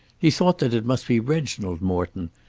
he thought that it must be reginald morton,